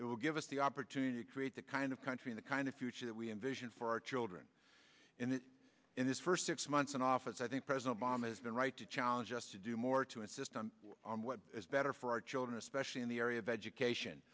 it will give us the opportunity to create the kind of country in the kind of future that we envision for our children and in this first six months in office i think president obama has been right to challenge us to do more to assist on what is better for our children especially in the area of education